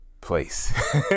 place